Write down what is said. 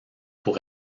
pour